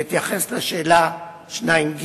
בהתייחס לשאלה השלישית,